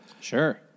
Sure